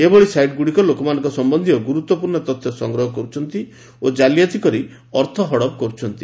ଏଭଳି ସାଇଟ୍ଗୁଡ଼ିକ ଲୋକମାନଙ୍କ ସମ୍ୟନ୍ଧୀୟ ଗୁରୁତ୍ୱପୂର୍ଣ୍ଣ ତଥ୍ୟ ସଂଗ୍ରହ କର୍ତ୍ଛନ୍ତି ଓ ଜାଲିଆତି କରି ଅର୍ଥ ହଡପ୍ କର୍ତ୍ଛନ୍ତି